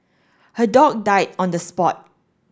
her dog died on the spot